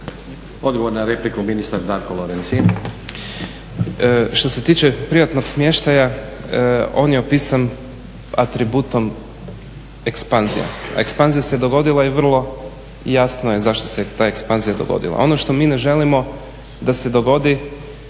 Odgovor na repliku ministar Darko Lorencin. **Lorencin, Darko (IDS)** Što se tiče privatnog smještaja on je opisan atributom ekspanzija. Ekspanzija se dogodila i vrlo jasna je zašto se ta ekspanzija dogodila. Ono što mi ne želimo da se dogodi